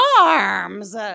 arms